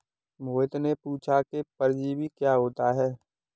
मोहित ने पूछा कि परजीवी क्या होता है?